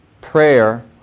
Prayer